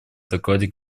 докладе